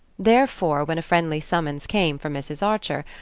therefore when a friendly summons came from mrs. archer,